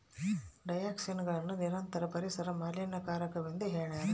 ಡಯಾಕ್ಸಿನ್ಗಳನ್ನು ನಿರಂತರ ಪರಿಸರ ಮಾಲಿನ್ಯಕಾರಕವೆಂದು ಹೇಳ್ಯಾರ